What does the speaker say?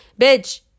Bitch